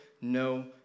no